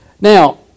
Now